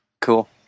Cool